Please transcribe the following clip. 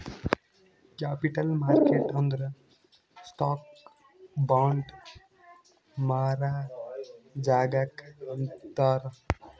capital market ಅಂದುರ್ stock, bond ಮಾರಾ ಜಾಗಾಕ್ ಅಂತಾರ್